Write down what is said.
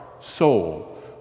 soul